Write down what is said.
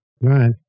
Right